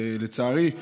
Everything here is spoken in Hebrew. ולצערי,